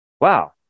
wow